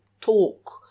talk